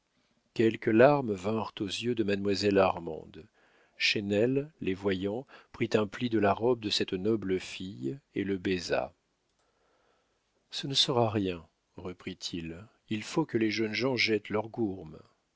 quelques larmes vinrent aux yeux de mademoiselle armande chesnel les voyant prit un pli de la robe de cette noble fille et le baisa ce ne sera rien reprit-il il faut que les jeunes gens jettent leur gourme